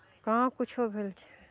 कहाँ कुछो भेल छै